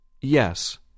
Yes